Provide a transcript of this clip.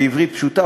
בעברית פשוטה,